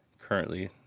currently